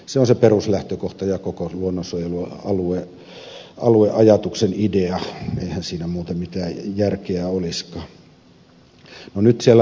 se on se peruslähtökohta ja koko luonnonsuojelualueajatuksen idea eihän siinä muuten mitään järkeä olisikaan